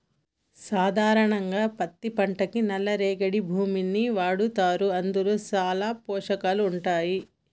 సాధారణంగా పత్తి పంటకి నల్ల రేగడి భూముల్ని వాడతారు అందులో చాలా పోషకాలు ఉంటాయి